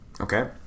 Okay